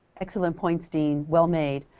excellent points, dean, well-made.